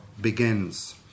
begins